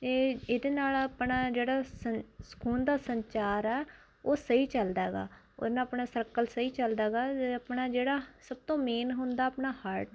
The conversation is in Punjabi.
ਇਹ ਇਹਦੇ ਨਾਲ ਆਪਣਾ ਜਿਹੜਾ ਸ ਖੂਨ ਦਾ ਸੰਚਾਰ ਆ ਉਹ ਸਹੀ ਚਲਦਾ ਗਾ ਉਹਦੇ ਨਾਲ ਆਪਣਾ ਸਰਕਲ ਸਹੀ ਚਲਦਾ ਗਾ ਆਪਣਾ ਜਿਹੜਾ ਸਭ ਤੋਂ ਮੇਨ ਹੁੰਦਾ ਆਪਣਾ ਹਾਰਟ